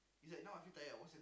he's like now I feel tired I wasn't